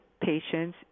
patients